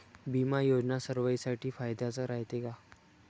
बिमा योजना सर्वाईसाठी फायद्याचं रायते का?